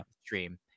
stream